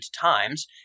times